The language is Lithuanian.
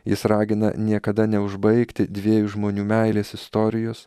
jis ragina niekada neužbaigti dviejų žmonių meilės istorijos